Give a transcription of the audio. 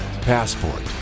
Passport